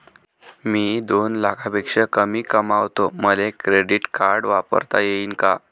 मी दोन लाखापेक्षा कमी कमावतो, मले क्रेडिट कार्ड वापरता येईन का?